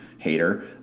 hater